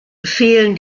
fehlen